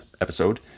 episode